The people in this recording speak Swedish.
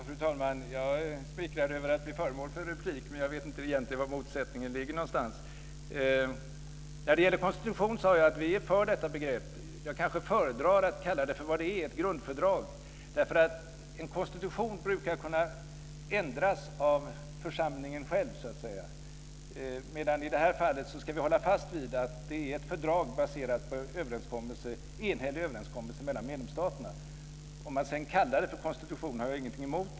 Fru talman! Jag är smickrad över att bli föremål för replik, men jag vet egentligen inte var motsättningen ligger någonstans. När det gäller konstitution sade jag att vi är för detta begrepp. Jag kanske föredrar att kalla det för vad det är, ett grundfördrag, därför att en konstitution brukar kunna ändras av församlingen själv så att säga, medan vi i det här fallet ska hålla fast vid att det är ett fördrag baserat på enhälliga överenskommelser mellan medlemsstaterna. Om man sedan kallar det för konstitution har jag ingenting emot det.